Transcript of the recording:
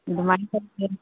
ꯑꯗꯨꯃꯥꯏ